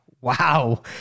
Wow